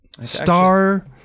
Star